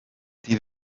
die